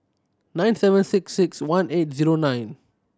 nine seven six six one eight zero nine